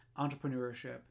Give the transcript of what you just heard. entrepreneurship